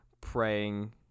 praying